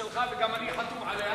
גם שלך, וגם אני חתום עליה.